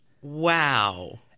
Wow